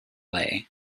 lay